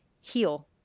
Heal